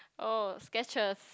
oh Sketchers